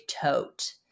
tote